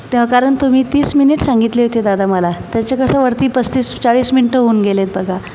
तेव्हा कारण तुम्ही तीस मिनिट सांगितली होती दादा मला त्याच्या कसं वरती पस्तीस चाळीस मिनिटं होऊन गेले आहेत बघा